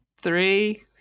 three